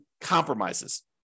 compromises